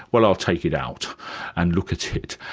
well, i'll take it out and look at it.